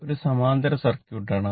ഒരു സമാന്തര സർക്യൂട്ട് ആണ്